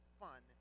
fun